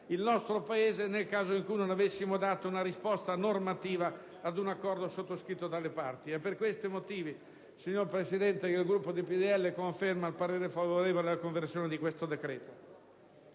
il nostro Paese nel caso non avessimo dato una risposta normativa ad un accordo sottoscritto dalle parti. È per questi motivi, signora Presidente, che il Gruppo del PdL conferma il voto favorevole alla conversione del decreto-legge.